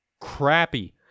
crappy